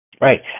Right